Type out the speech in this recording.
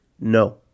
No